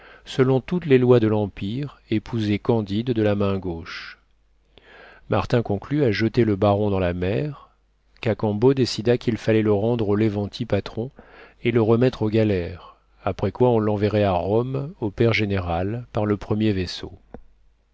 selon toutes les lois de l'empire épouser candide de la main gauche martin conclut à jeter le baron dans la mer cacambo décida qu'il fallait le rendre au levanti patron et le remettre aux galères après quoi on l'enverrait à rome au père général par le premier vaisseau